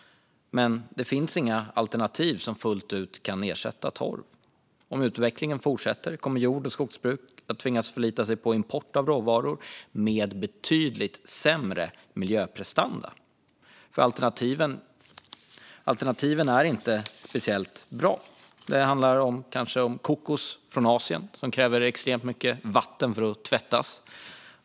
Men det finns inga alternativ som fullt ut kan ersätta torv. Om utvecklingen fortsätter kommer jord och skogsbruk att tvingas förlita sig på import av råvaror med betydligt sämre miljöprestanda. Alternativen är inte speciellt bra. Det handlar kanske om kokos från Asien, som kräver extremt mycket vatten för att tvättas.